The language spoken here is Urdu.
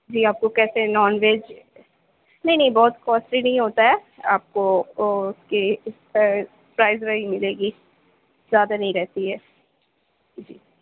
جی آپ کو کیسے نان ویج نہیں نہیں بہت کوسٹلی نہیں ہوتا ہے آپ کو اوکے پرائز وائز ملے گی زیادہ نہیں رہتی ہے جی